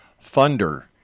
thunder